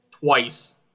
twice